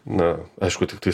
na aišku tiktais